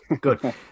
good